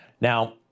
Now